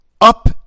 up